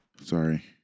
Sorry